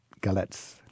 galettes